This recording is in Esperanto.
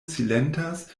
silentas